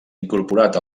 incorporat